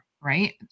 right